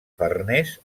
farners